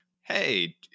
Hey